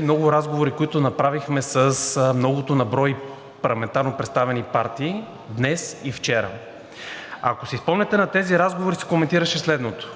разговорите, които направихме с многото на брой парламентарно представени партии днес и вчера. Ако си спомняте, на тези разговори се коментираше следното: